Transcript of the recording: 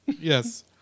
Yes